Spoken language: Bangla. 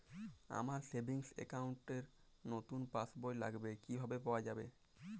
আমার সেভিংস অ্যাকাউন্ট র নতুন পাসবই লাগবে, কিভাবে পাওয়া যাবে?